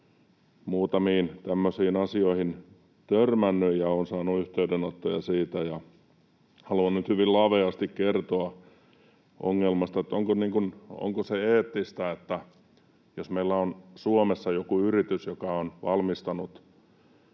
muutamiin tämmöisiin asioihin törmännyt, ja olen saanut yhteydenottoja siitä ja haluan nyt hyvin laveasti kertoa ongelmasta: Onko se eettistä, jos meillä on Suomessa joku yritys, joka on valmistanut